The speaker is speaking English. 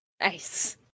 Nice